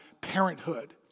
parenthood